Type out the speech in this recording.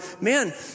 man